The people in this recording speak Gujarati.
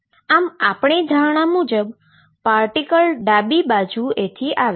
આમ આપણી ધારણા મુજબ પાર્ટીકલ ડાબી બાજુએથી આવે છે